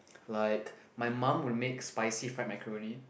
like my mum will make spicy fried macaroni